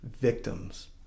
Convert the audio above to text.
victims